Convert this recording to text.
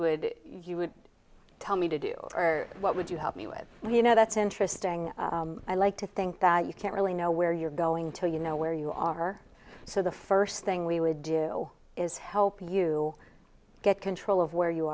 would you would tell me to do or what would you help me with you know that's interesting i like to think that you can really know where you're going to you know where you are so the first thing we would do is help you get control of where you